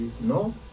no